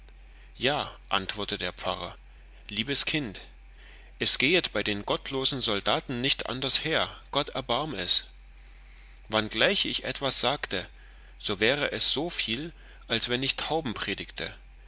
ja antwortete der pfarrer liebes kind es gehet bei den gottlosen soldaten nicht anders her gott erbarm es wanngleich ich etwas sagte so wäre es so viel als wann ich tauben predigte